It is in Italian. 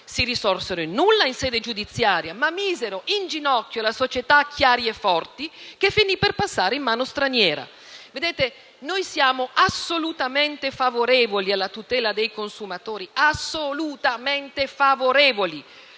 si risolsero in nulla in sede giudiziaria, ma misero in ginocchio la società Chiari e Forti, che finì per passare in mano straniera. Vedete, noi siamo assolutamente favorevoli alla tutela dei consumatori, siamo noi